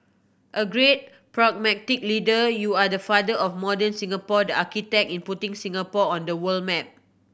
a great pragmatic leader you are the father of modern Singapore the architect in putting Singapore on the world map